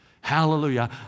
Hallelujah